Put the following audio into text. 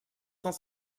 cent